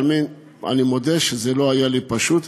אני מודה שזה לא היה לי פשוט,